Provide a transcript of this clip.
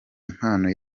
impano